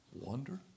Wonder